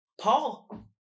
Paul